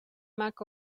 mac